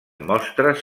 mostres